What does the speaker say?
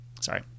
sorry